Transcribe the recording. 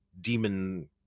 demon